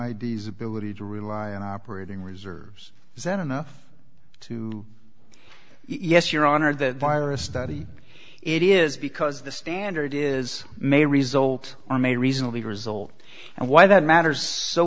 d's ability to rely on operating reserves is that enough to yes your honor the virus study it is because the standard is may result are may reasonably result and why that matters so